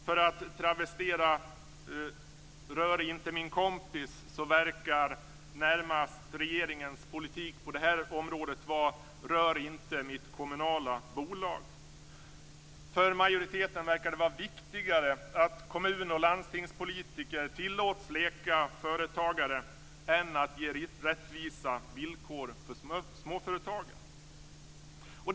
För att travestera "Rör inte min kompis" verkar regeringens politik på det här området närmast vara "Rör inte mitt kommunala bolag". För majoriteten verkar det vara viktigare att kommun och landstingspolitiker tillåts leka företagare än att ge rättvisa villkor för småföretagen.